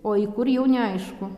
o į kur jau neaišku